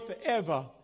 forever